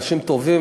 אלה אנשים טובים